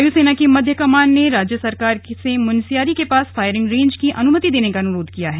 वायु सेना की मध्य कमान ने राज्य सरकार से मुन्स्यारी के पास फायरिंग रेंज की अनुमति देने का अनुरोध किया है